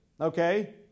okay